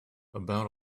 about